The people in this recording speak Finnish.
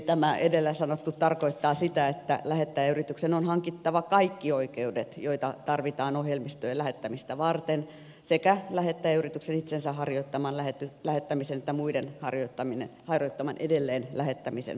tämä edellä sanottu tarkoittaa sitä että lähettäjäyrityksen on hankittava kaikki oikeudet joita tarvitaan ohjelmistojen lähettämistä varten sekä lähettäjäyrityksen itsensä harjoittaman lähettämisen että muiden harjoittaman edelleen lähettämisen osalta